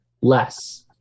less